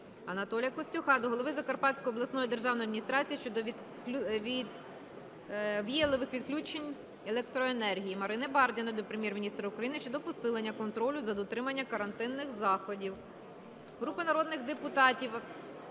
Анатолія Костюха до голови Закарпатської обласної державної адміністрації щодо віялових відключень електроенергії. Марини Бардіної до Прем'єр-міністра України щодо посилення контролю за дотриманням карантинних заходів.